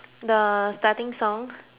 the starting song